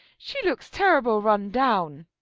she looks terrible run down.